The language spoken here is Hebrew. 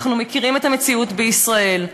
אנחנו מכירים את המציאות בישראל.